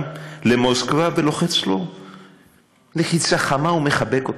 למוסקבה ולוחץ לו לחיצה חמה ומחבק אותו.